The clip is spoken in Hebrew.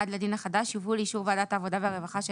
לדין החדש יובאו לאישור ועדת העבודה והרווחה של